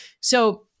So-